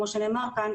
כמו שנאמר כאן,